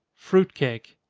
fruit cake.